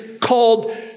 called